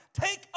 Take